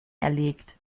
erlegt